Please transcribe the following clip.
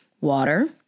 Water